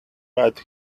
but